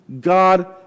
God